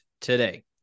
today